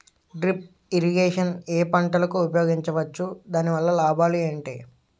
Drip irrigation ఏ పంటలకు ఉపయోగించవచ్చు? దాని వల్ల లాభాలు ఏంటి?